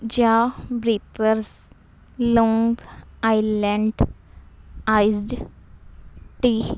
ਜਾਬਰੀਪਰਸ Long Island iced T